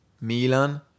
Milan